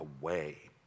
away